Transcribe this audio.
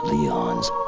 Leon's